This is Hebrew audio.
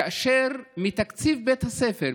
כאשר מתקציב בית הספר,